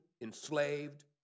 enslaved